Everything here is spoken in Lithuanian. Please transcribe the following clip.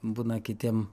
būna kitiem